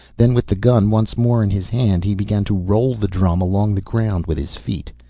then, with the gun once more in his hand, he began to roll the drum along the ground with his feet.